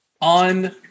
on